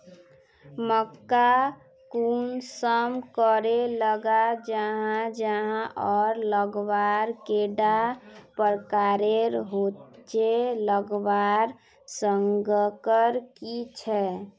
मक्का कुंसम करे लगा जाहा जाहा आर लगवार कैडा प्रकारेर होचे लगवार संगकर की झे?